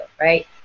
right